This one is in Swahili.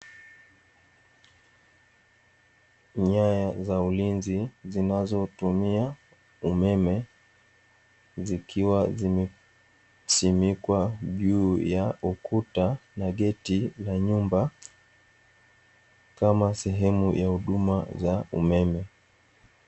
Nyaya za ulinzi zinazotumia umeme zikiwa zimesimikwa juu ya ukuta na geti la nyumba, kama sehemu ya huduma za umeme.